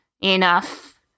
enough